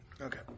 Okay